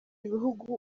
bihugu